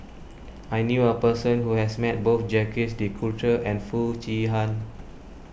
I knew a person who has met both Jacques De Coutre and Foo Chee Han